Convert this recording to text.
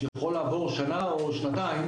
יכולות לעבור שנה או שנתיים,